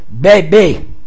baby